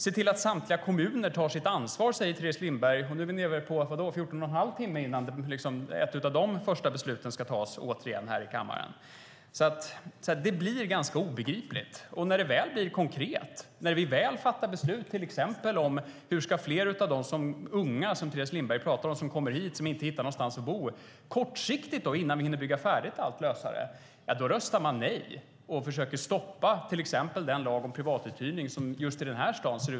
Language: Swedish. Se till att samtliga kommuner tar sitt ansvar! säger Teres Lindberg. Nu är vi nere på 14 1⁄2 timme innan ett av dessa första beslut återigen ska fattas här i kammaren. Det blir ganska obegripligt. Och när det väl blir konkret röstar man nej. När vi väl fattar beslut till exempel om hur fler av de unga som Teres Lindberg talar om och som kommer hit och inte hittar någonstans att bo ska lösa det hela kortsiktigt innan vi hinner bygga färdigt allt - då röstar man nej.